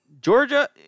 Georgia